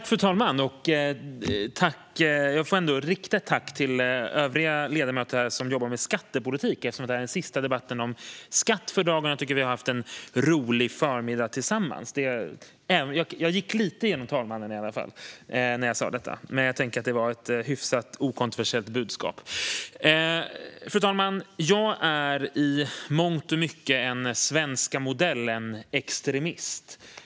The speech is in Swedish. Fru talman! Jag får rikta ett tack till övriga ledamöter här som jobbar med skattepolitik eftersom detta är den sista debatten om skatt för dagen. Jag tycker att vi har haft en rolig förmiddag tillsammans. När jag sa detta gick jag lite genom talmannen i alla fall, men jag tänker att det var ett hyfsat okontroversiellt budskap. Fru talman! Jag är i mångt och mycket en svenska-modellen-extremist.